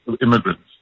immigrants